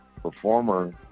performer